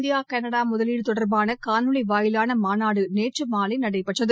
India Canada முதலீடு தொடர்பான காணொலி வாயிலான மாநாடு நேற்று மாலை நடைபெற்றது